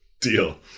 deal